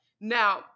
Now